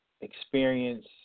experience